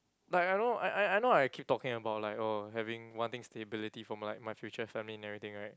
like I know I I I know I keep talking about like oh having wanting stability for my like future family and everything right